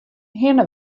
hinne